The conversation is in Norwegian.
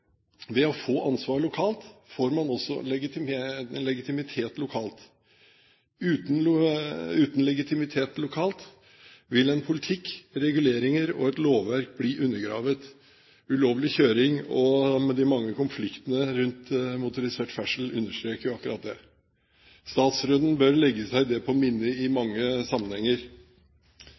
Ved å få ansvar lokalt får man også legitimitet lokalt. Uten legitimitet lokalt vil en politikk, reguleringer og et lovverk bli undergravd. Ulovlig kjøring og de mange konfliktene rundt motorisert ferdsel understreker akkurat det. Statsråden bør legge seg det på minne i mange sammenhenger.